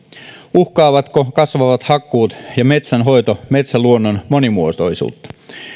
uhkaavatko kasvavat hakkuut ja metsänhoito metsäluonnon monimuotoisuutta